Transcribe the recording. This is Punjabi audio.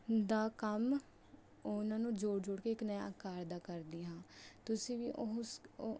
ਦਾ ਕੰਮ ਉਹਨਾਂ ਨੂੰ ਜੋੜ ਜੋੜ ਕੇ ਇੱਕ ਨਯਾਂ ਆਕਾਰ ਦਾ ਕਰਦੀ ਹਾਂ ਤੁਸੀਂ ਵੀ ਉਹ ਸ ਉਹ